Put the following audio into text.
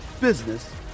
business